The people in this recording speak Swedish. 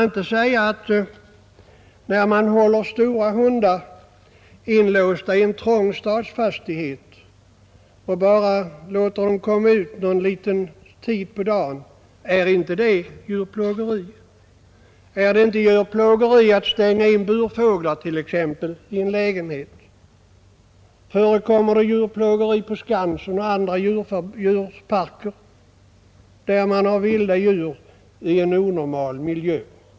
När man håller stora hundar inlåsta i en trång stadsfastighet och bara låter dem komma ut någon liten stund på dagen, är inte det djurplågeri? Är det inte djurplågeri att stänga in burfåglar t.ex. i en lägenhet? Förekommer det djurplågeri på Skansen och i andra djurparker, där man har vilda djur i en onormal miljö?